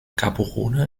gaborone